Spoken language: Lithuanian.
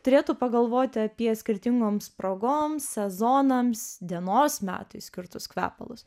turėtų pagalvoti apie skirtingoms progoms sezonams dienos metui skirtus kvepalus